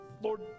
lord